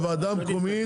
הוועדה המקומית,